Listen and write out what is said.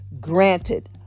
granted